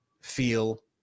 feel